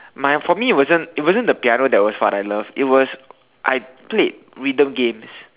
mine for me it wasn't it wasn't the piano that was what I loved it was I played rhythm games